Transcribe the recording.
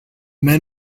men